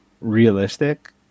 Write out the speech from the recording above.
realistic